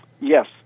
Yes